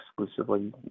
exclusively